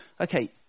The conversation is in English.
okay